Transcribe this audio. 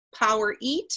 PowerEat